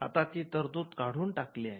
आता ती तरतूद काढून टाकली आहे